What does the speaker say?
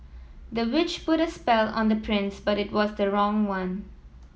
the witch put a spell on the prince but it was the wrong one